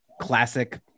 classic